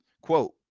Quote